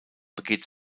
begeht